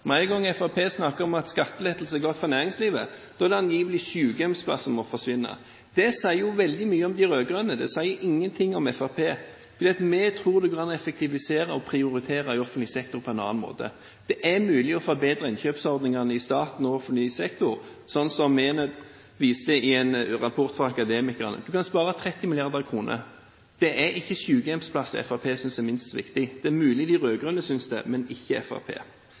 gang Fremskrittspartiet snakker om at skattelettelser er bra for næringslivet, da må angivelig sykehjemsplassene forsvinne. Det sier veldig mye om de rød-grønne. Det sier ingenting om Fremskrittspartiet. Vi tror det går an å effektivisere og prioritere i offentlig sektor på en annen måte. Det er mulig å forbedre innkjøpsordningene i staten og offentlig sektor, sånn som Menon viste i en rapport for Akademikerne. Man kan spare 30 mrd. kr. Det er ikke sykehjemsplasser Fremskrittspartiet synes er minst viktig – det er mulig de rød-grønne synes det, men ikke